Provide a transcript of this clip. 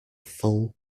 full